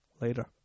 Later